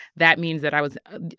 that means that i was,